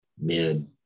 mid